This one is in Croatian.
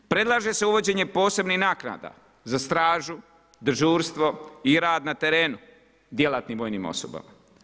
Predlaže se uvođenje posebnih naknada za stražu, dežurstvo i rad na terenu djelatnim vojnim osobama.